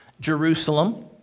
Jerusalem